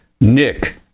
Nick